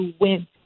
win